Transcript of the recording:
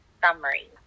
summary